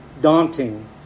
daunting